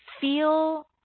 feel